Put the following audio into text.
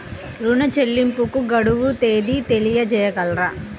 ఋణ చెల్లింపుకు గడువు తేదీ తెలియచేయగలరా?